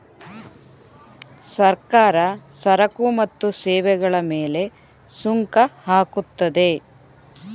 ಸರ್ಕಾರ ಸರಕು ಮತ್ತು ಸೇವೆಗಳ ಮೇಲೆ ಸುಂಕ ಹಾಕುತ್ತದೆ